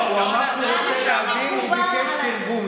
לא, הוא אמר שהוא רוצה להבין והוא ביקש תרגום.